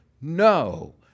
No